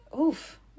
oof